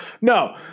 No